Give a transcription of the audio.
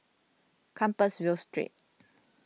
Compassvale Street